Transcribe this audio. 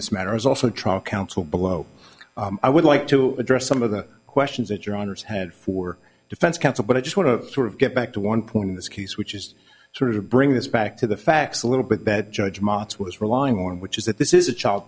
this matter is also trial counsel below i would like to address some of the questions that your honour's had for defense counsel but i just want to sort of get back to one point in this case which is sort of bring this back to the facts a little bit that judge mots was relying on which is that this is a child